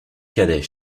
cadet